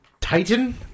Titan